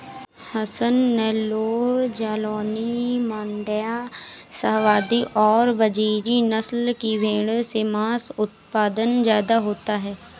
हसन, नैल्लोर, जालौनी, माण्ड्या, शाहवादी और बजीरी नस्ल की भेंड़ों से माँस उत्पादन ज्यादा होता है